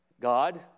God